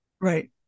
Right